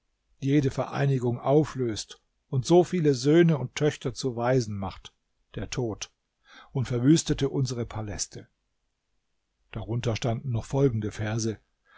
jede vereinigung auflöst und so viele söhne und töchter zu waisen macht der tod und verwüstete unsere paläste darunter standen noch folgende verse